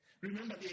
remember